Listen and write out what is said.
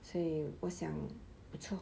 所以我想